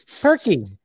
perky